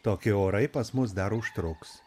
tokie orai pas mus dar užtruks